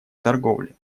торговли